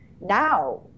now